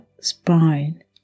spine